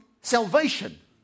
salvation